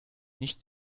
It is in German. nicht